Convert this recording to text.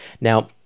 Now